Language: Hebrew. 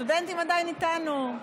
הסטודנטים עדיין איתנו.